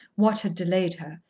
what had delayed her,